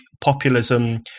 populism